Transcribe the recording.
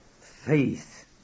Faith